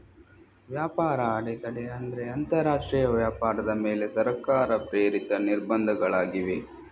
ವ್ಯಾಪಾರ ಅಡೆತಡೆ ಅಂದ್ರೆ ಅಂತರರಾಷ್ಟ್ರೀಯ ವ್ಯಾಪಾರದ ಮೇಲೆ ಸರ್ಕಾರ ಪ್ರೇರಿತ ನಿರ್ಬಂಧಗಳಾಗಿವೆ